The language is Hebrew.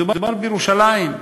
מדובר בירושלים,